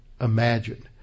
imagine